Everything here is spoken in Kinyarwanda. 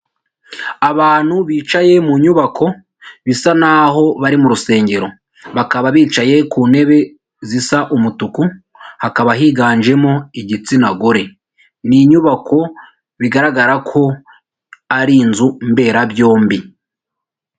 Abantu bicaye mu nyubako bisa naho bari mu rusengero, bakaba bicaye ku ntebe zisa umutuku, hakaba higanjemo igitsina gore. Ni inyubako bigaragara ko ari inzu mberabyombi.